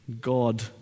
God